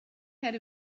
had